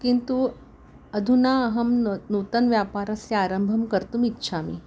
किन्तु अधुना अहं न नूतनव्यापारस्य आरम्भं कर्तुम् इच्छामि